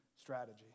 strategy